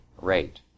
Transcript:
rate